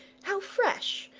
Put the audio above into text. how fresh,